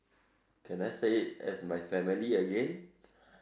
can I say it as my family again